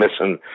missing